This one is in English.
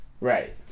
right